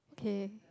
okay